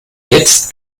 jetzt